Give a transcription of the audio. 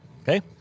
okay